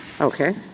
Okay